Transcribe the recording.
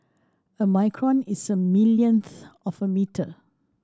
a micron is a millionth of a metre